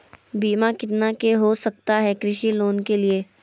बीमा कितना के हो सकता है कृषि लोन के लिए?